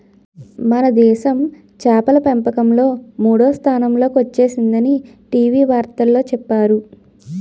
మనదేశం చేపల పెంపకంలో మూడో స్థానంలో కొచ్చేసిందని టీ.వి వార్తల్లో చెప్పేరు